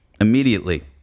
Immediately